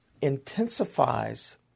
intensifies